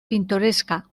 pintoresca